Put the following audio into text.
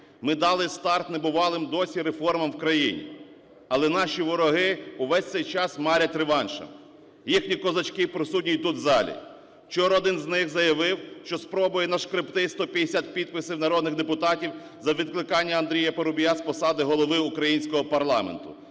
Ми дали старт небувалим досі реформам в країні, але наші вороги увесь цей час марять реваншем. Їхні козачки присутні і тут у залі. Вчора один з них заявив, що спробує нашкребти 150 підписів народних депутатів за відкликання Андрія Парубія з посади Голови українського парламенту.